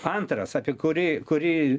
antras apie kurį kurį